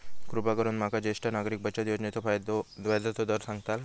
कृपा करून माका ज्येष्ठ नागरिक बचत योजनेचो व्याजचो दर सांगताल